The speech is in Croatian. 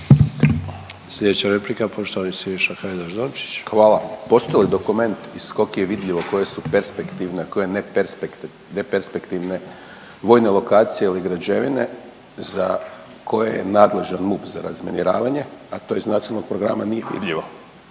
Dončić. **Hajdaš Dončić, Siniša (SDP)** Hvala. Postoji li dokument iz kog je vidljivo koje su perspektivne, a koje neperspektivne vojne lokacije ili građevine za koje je nadležan MUP za razminiravanje, a to iz nacionalnog programa nije vidljivo